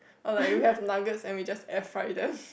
or like you have nugget and we just air fry them